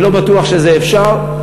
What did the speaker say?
אני לא בטוח שזה אפשרי.